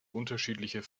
unterschiedlicher